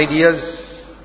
ideas